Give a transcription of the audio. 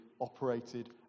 operated